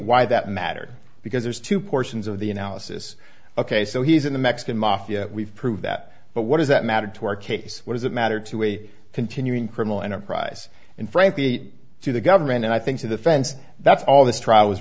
why that mattered because there's two portions of the analysis ok so he's in the mexican mafia we've proved that but what does that matter to our case what does it matter to a continuing criminal enterprise and frankly to the government and i think to the fence that's all this trial